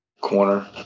corner